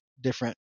different